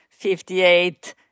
58